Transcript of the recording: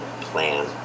plan